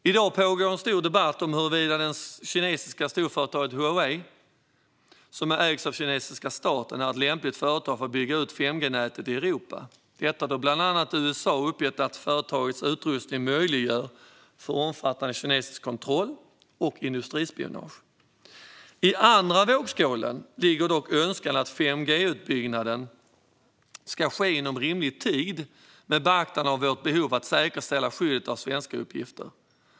I dag pågår en stor debatt om det kinesiska företaget Huawei, som ägs av kinesiska staten, är ett lämpligt företag för att bygga ut 5G-nätet i Europa. Detta beror på att bland annat USA har uppgett att företagets utrustning möjliggör omfattande kinesisk kontroll och industrispionage. I den andra vågskålen ligger dock önskan att 5G-utbyggnaden ska ske inom rimlig tid med beaktande av vårt behov av att säkerställa skyddet av svenska uppgifter.